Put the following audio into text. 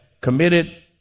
committed